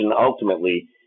ultimately